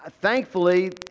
Thankfully